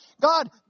God